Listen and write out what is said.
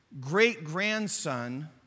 great-grandson